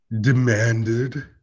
demanded